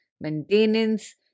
maintenance